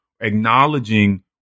acknowledging